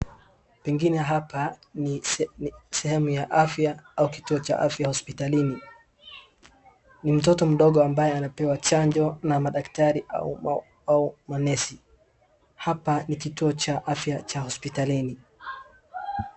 Pengine hapa ni sehemu ya afya au kituo cha afya hospitalini. Ni mtoto mdogo ambaye anapewa chanjo na madaktari au manesi. Hapa ni kituo cha afya cha hospitalini.